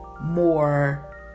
More